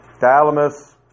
Thalamus